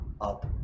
up